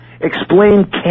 Explain